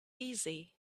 easy